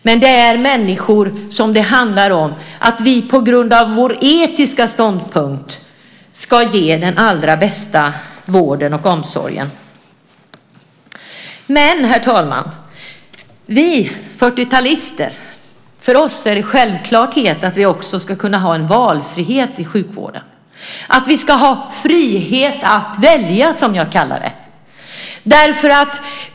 Det handlar om människor som vi på grund av vår etiska ståndpunkt ska ge den allra bästa vården och omsorgen. Men, herr talman, för oss 40-talister är det en självklarhet att vi också ska kunna ha en valfrihet i sjukvården, att vi ska ha frihet att välja, som jag kallar det.